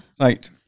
Right